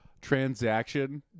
transaction